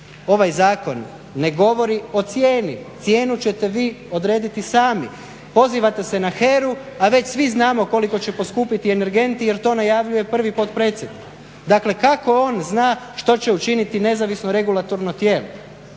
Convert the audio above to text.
Ovaj zakon ne govori o cijeni, cijenu ćete vi odrediti sami. Pozivate se na HERA-u a već svi znamo koliko će poskupiti energenti jer to najavljuje prvi potpredsjednik. Dakle kako on zna što će učiniti nezavisno regulatorno tijelo?